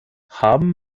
haben